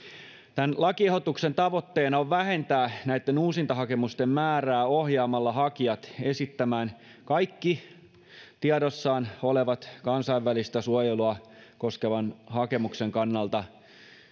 tämän lakiehdotuksen tavoitteena on vähentää uusintahakemusten määrää ohjaamalla hakijat esittämään kaikki tiedossaan olevat kansainvälistä suojelua koskevan hakemuksen kannalta